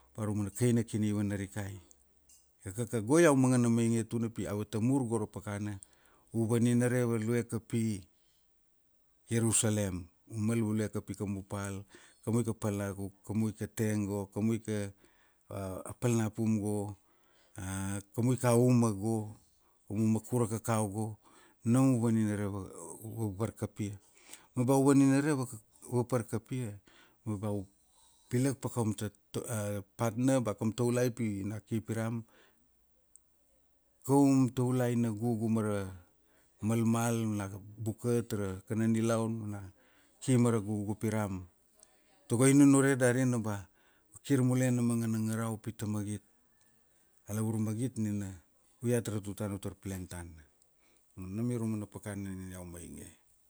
Ba raumana kaina kini vanarikai. Iakaka go iau mangana mainge tana pi avata mur go ra pakana u vaninare value kapi Iarusalem. Mal value kapi kaum pal, kamuika pal na ku, kamuika teng go. kamuika pal na pum go, kamuika uma go, kamu makurakakau go, nam i vaninare vapar kapia. Ma ba u vaninare, vapar kapia, ma ba u pilak pa kaum ta, ta partner ba kaum taulai pi na ki piram, kaum taulai na gugu mara malmal na buka tara kana nilaun, ma na ki mara gugu piram. Tago i nunure dari na ba kir mule na mangana ngarau pi ta magit, A lavur magit nina u iat ra tutana u tar plan tana. Nam ia ra umana pakana nina iau mainge.